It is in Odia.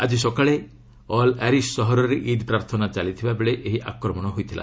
ଆଜି ସକାଳେ ଅଲ୍ ଆରିସ୍ ସହରରେ ଇଦ୍ ପ୍ରାର୍ଥନା ଚାଲିଥିବାବେଳେ ଏହି ଆକ୍ରମଣ ହୋଇଥିଲା